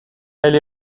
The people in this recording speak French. elle